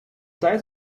tijd